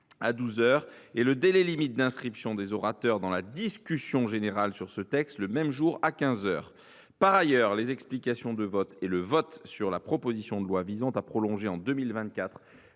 heures et le délai limite d’inscription des orateurs dans la discussion générale sur ce texte le même jour à quinze heures. Par ailleurs, les explications de vote et le vote sur la proposition de loi visant à prolonger en 2024